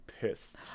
pissed